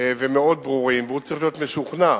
ומאוד ברורים, והוא צריך להיות משוכנע